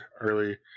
early